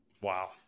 Wow